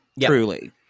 Truly